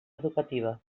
educativa